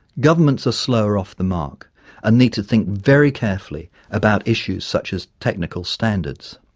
governments are slower off the mark and need to think very carefully about issues such as technical standards.